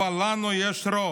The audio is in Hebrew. אבל לנו יש רוב,